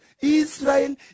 israel